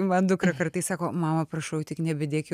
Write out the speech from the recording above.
man dukra kartais sako mama prašau tik nebedėk jau